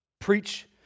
Preach